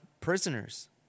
prisoners